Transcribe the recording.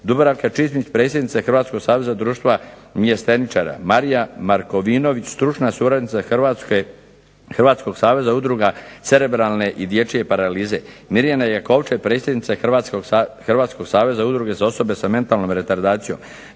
Dubravka Čitnić predsjednica Hrvatskog saveza društva .../Govornik se ne razumije./... Marija Markovinović stručna suradnica Hrvatskog saveza udruga cerebralne i dječje paralize. Mirjana Jakovče predsjednica Hrvatskog saveza udruge za osobe sa mentalnom retardacijom.